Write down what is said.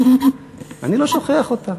אני לא שוכח אותה.